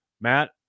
Matt